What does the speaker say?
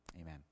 Amen